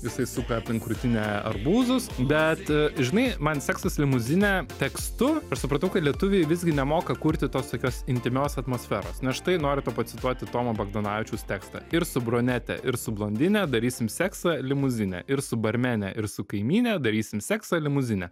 jisai suka aplink krūtinę arbūzus bet žinai man seksas limuzine tekstu aš supratau kad lietuviai visgi nemoka kurti tos tokios intymios atmosferos nes štai noriu to pacituoti tomo bagdonavičiaus tekstą ir su brunete ir su blondine darysim seksą limuzine ir su barmene ir su kaimyne darysim seksą limuzine